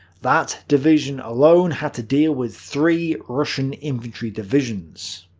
that division alone had to deal with three russian infantry divisions.